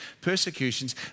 persecutions